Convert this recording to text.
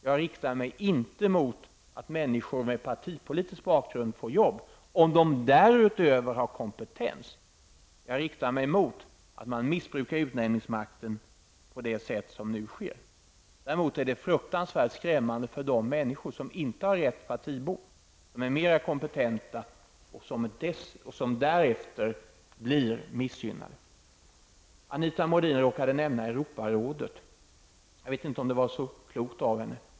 Jag riktade mig inte emot att människor med partipolitisk bakgrund får jobb om de därutöver har kompetens. Jag riktar mig emot att man missbrukar utnämningsmakten på det sätt som sker. Däremot är det fruktansvärt skrämmande för de människor som inte har rätt partibok, men är mera kompetenta men som därefter blir missgynnade. Anita Modin råkade nämna Europarådet. Jag vet inte om det var så klokt av henne.